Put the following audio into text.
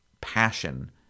passion